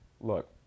look